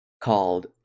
called